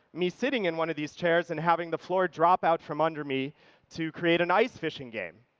me sitting in one of these chairs and having the floor drop out from under me to create an ice fishing game.